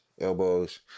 elbows